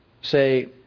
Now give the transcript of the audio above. say